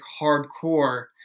hardcore